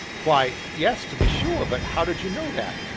why yes, to be sure, but how did you know that?